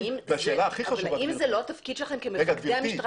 אבל האם זה לא התפקיד שלכם כמפקדי המשטרה